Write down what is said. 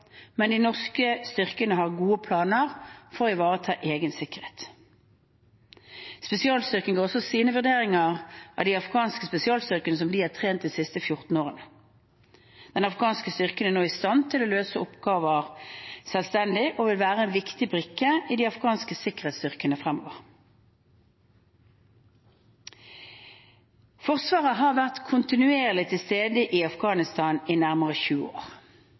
men de norske styrkene har gode planer for å ivareta egen sikkerhet. Spesialstyrken ga også sine vurderinger av de afghanske spesialstyrkene som de har trent de siste 14 årene. Den afghanske styrken er nå i stand til å løse oppgaver selvstendig og vil være en viktig brikke i de afghanske sikkerhetsstyrkene fremover. Forsvaret har vært kontinuerlig til stede i Afghanistan i nærmere 20 år